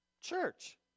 church